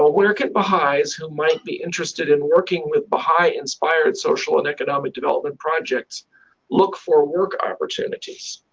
where could baha'is who might be interested in working with baha'i-inspired social and economic development projects look for work opportunities.